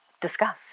discuss